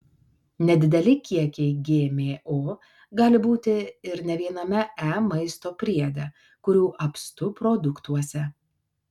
nedideli kiekiai gmo gali būti ir ne viename e maisto priede kurių apstu produktuose